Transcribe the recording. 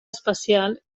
especial